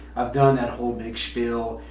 i've done that whole big spiel.